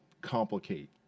complicate